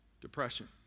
depression